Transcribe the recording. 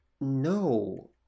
No